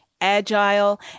agile